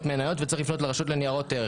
מניות וצריך לפנות לרשות לניירות ערך.